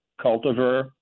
cultivar